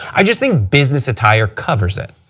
i just think business attire covers it.